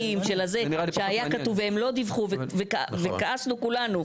שהיה כתוב והם לא דיווחו, וכעסנו כולנו?